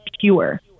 pure